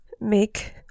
make